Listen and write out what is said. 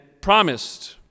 promised